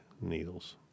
needles